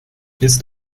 ist